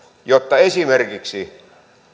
jotta esimerkiksi